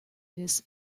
this